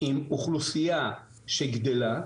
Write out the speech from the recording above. עם אוכלוסייה שגדלה,